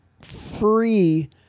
free